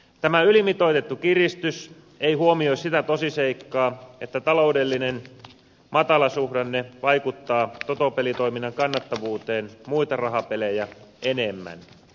tämä ylimitoitettu kiristys ei huomioi sitä tosiseikkaa että taloudellinen matalasuhdanne vaikuttaa totopelitoiminnan kannattavuuteen muita rahapelejä enemmän